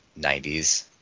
90s